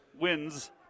wins